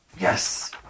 Yes